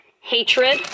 hatred